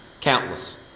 Countless